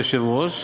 יושב-ראש,